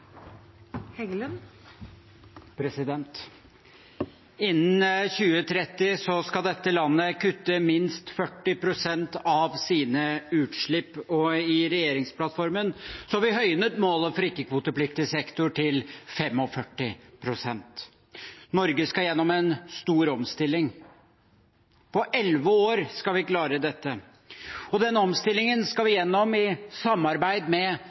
Innen 2030 skal dette landet kutte minst 40 pst. av sine utslipp, og i regjeringsplattformen har vi høynet målet for ikke-kvotepliktig sektor til 45 pst. Norge skal gjennom en stor omstilling – på elleve år skal vi klare dette – og den omstillingen skal vi gjennom i samarbeid med